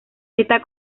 está